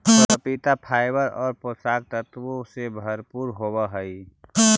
पपीता फाइबर और पोषक तत्वों से भरपूर होवअ हई